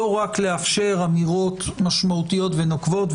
רק לאפשר אמירות משמעותיות ונוקבות,